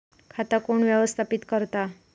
खाता कोण व्यवस्थापित करता?